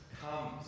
comes